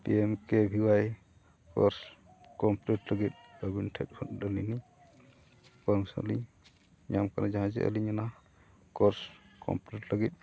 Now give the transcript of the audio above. P M K V Y course complete ᱞᱟᱹᱜᱤᱫ ᱟᱹᱵᱤᱱ ᱴᱷᱮᱱᱠᱷᱚᱱ ᱰᱮᱞᱤᱜᱮ ᱯᱟᱨᱢᱤᱥᱚᱱ ᱞᱤᱧ ᱧᱟᱢᱠᱟᱱᱟ ᱡᱟᱦᱟᱸ ᱪᱮᱫ ᱟᱹᱞᱤᱧ ᱚᱱᱟ ᱠᱳᱨᱥ ᱠᱚᱢᱯᱞᱤᱴ ᱞᱟᱹᱜᱤᱫ